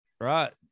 right